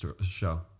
show